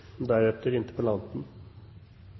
deretter